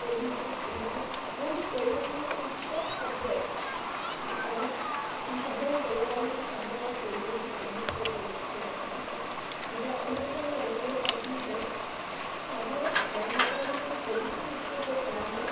পৰিবহণৰ ব্যৱস্থা সুবিধা আছে তথাপিতো পৰিবহণৰ উৎকট শব্দই যে গাঁৱৰ চহৰৰ জলবায়ু চহৰৰ পৰিৱেশটো প্ৰদূষিত কৰি কৰি থকা হৈছে এতিয়া অলপতে আমি জানিবলৈ পাইছিলোঁ যে চহৰত গাড়ী মটৰৰ পৰা প্ৰদূষণ ৰোধ কৰিবৰ কাৰণে